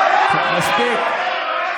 מספיק.